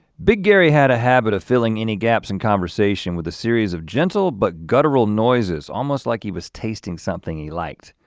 big gary had a habit of filling any gaps in conversation with a series of gentle but guttural noises, almost like he was tasting something he liked.